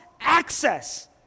access